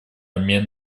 обмен